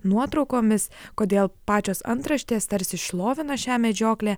nuotraukomis kodėl pačios antraštės tarsi šlovina šią medžioklę